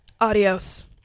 Adios